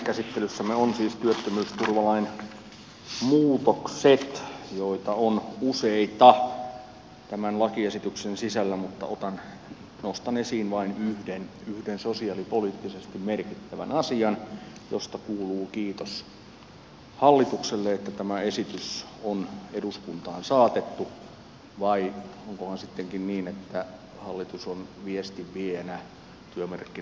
käsittelyssämme ovat siis työttömyysturvalain muutokset joita on useita tämän lakiesityksen sisällä mutta nostan esiin vain yhden sosiaalipoliittisesti merkittävän asian josta kuuluu kiitos hallitukselle että tämä esitys on eduskuntaan saatettu vai onkohan sittenkin niin että hallitus on viestinviejänä työmarkkinajärjestöjen sovulle